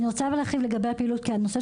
אני מבקשת להרחיב לגבי הפעילות כי הנושא